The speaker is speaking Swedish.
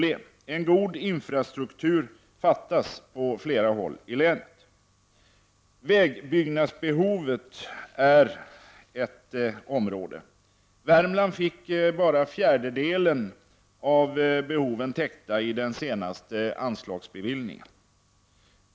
En god infrastruktur saknas på flera håll i länet. Värmland fick bara en fjärdedel av behoven täckta i den senaste anslagsbeviljningen.